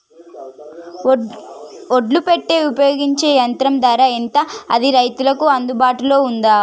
ఒడ్లు పెట్టే ఉపయోగించే యంత్రం ధర ఎంత అది రైతులకు అందుబాటులో ఉందా?